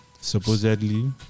supposedly